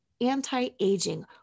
anti-aging